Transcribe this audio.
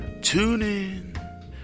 TuneIn